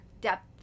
depth